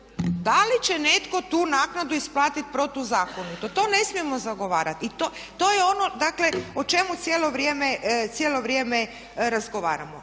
da li će netko tu naknadu isplatiti protuzakonito? To ne smijemo zagovarati i to je ono dakle o čemu cijelo vrijeme razgovaramo.